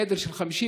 עדר של 60-50,